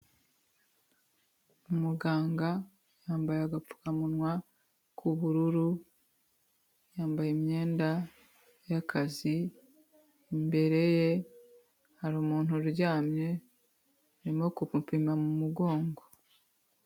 Umuganga yambaye agapfukamunwa k' unururu , yambaye imyenda y' akazu, imbere ye hari umuntu uryamye urimo kumupima mu mugongo.